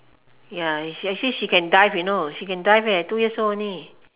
ya is she actually she can dive you know she can dive eh two years old only